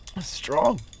Strong